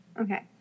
Okay